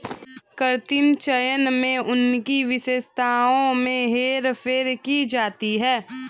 कृत्रिम चयन में उनकी विशेषताओं में हेरफेर की जाती है